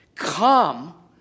come